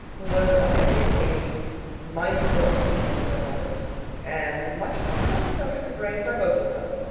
who was on every occasion mindful of the feelings of others and much was said on the subject of rain by both of them.